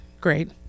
great